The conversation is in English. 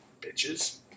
Bitches